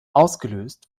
ausgelöst